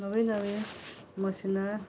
नवीं नवीं मशिनां